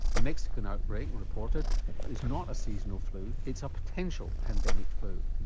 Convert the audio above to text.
the mexican outbreak reported is not a seasonal flu, it's a potential pandemic flu.